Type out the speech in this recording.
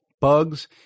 bugs